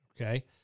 Okay